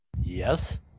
Yes